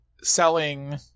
selling